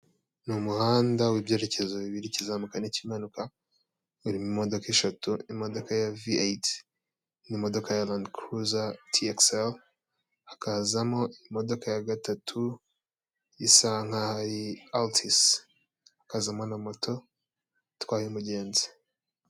Inzu nini y'ubwishingizi bwa u a pa ku ruhande hari amasikariye maremare, cyane inzu nini umuntu ugiye kwinjiramo bisa nkaho ikorwa ubwishingizi.